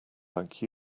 like